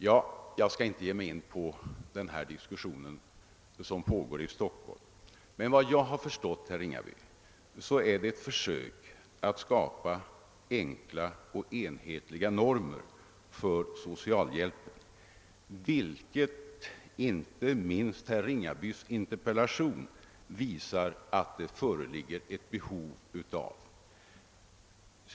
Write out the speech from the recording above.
Jag skall inte ge mig in på den diskussion som pågår i Stockholm, men vad jag har förstått gäller det ett försök att skapa enkla och enhetliga normer för socialhjälpen, och inte minst herr Ringabys interpellation visar att det fö-- religger ett behov därav.